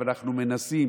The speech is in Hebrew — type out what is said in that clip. אבל אנחנו מנסים.